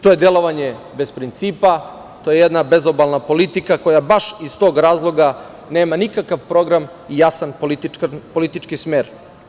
To je delovanje bez principa, to je jedna bezobalna politika koja baš iz tog razloga nema nikakav program i jasan politički smer.